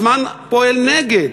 הזמן פועל נגד.